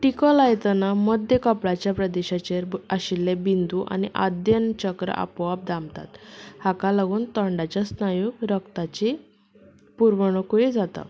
टिको लायतना मध्य कपल्याच्या प्रदेशाचेर आशिल्ले बिंदू आनी आध्यन चक्र आपोआप धांपता हाका लागून तोंडाची स्नायू रग्ताची पुरवणकूय जाता